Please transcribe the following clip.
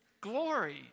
Glory